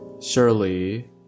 surely